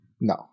No